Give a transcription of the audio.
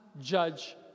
judge